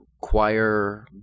Choir